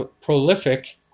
prolific